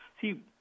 See